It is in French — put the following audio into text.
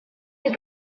les